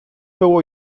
było